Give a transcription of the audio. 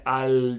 al